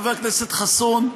חבר הכנסת חסון,